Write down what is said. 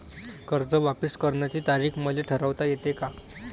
कर्ज वापिस करण्याची तारीख मले ठरवता येते का?